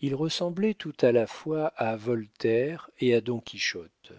il ressemblait tout à la fois à voltaire et à don quichotte